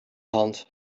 hand